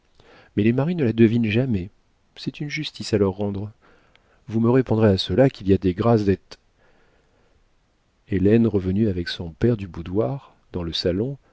mais les maris ne la devinent jamais c'est une justice à leur rendre vous me répondrez à cela qu'il y a des grâces d'ét hélène revenue avec son père du boudoir dans le salon